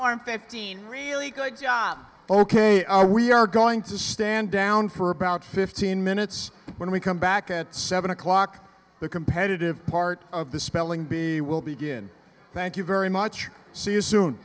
in fifteen really good job ok are we are going to stand down for about fifteen minutes when we come back at seven o'clock the competitive part of the spelling bee will begin thank you very much see